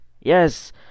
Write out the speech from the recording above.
yes